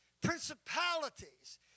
principalities